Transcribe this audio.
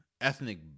ethnic